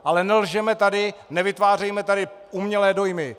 Ale nelžeme tady, nevytvářejme tady umělé dojmy!